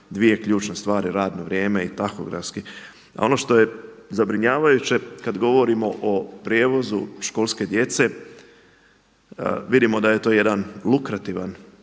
dvije ključne stvari, radno vrijeme i tahograf. Ono što je zabrinjavajuće kada govorimo o prijevozu školske djece, vidimo da je to jedan lukrativan